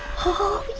oh